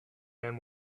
man